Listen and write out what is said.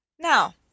Now